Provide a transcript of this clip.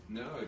no